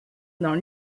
dans